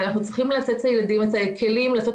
ואנחנו צריכים לתת לילדים את הכלים לעשות